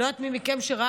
אני לא יודעת מי מכם ראה,